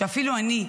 שאפילו אני,